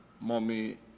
Mommy